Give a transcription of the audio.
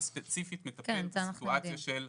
ספציפית מטפל בסיטואציה של --- כן,